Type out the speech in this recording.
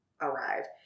arrived